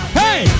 hey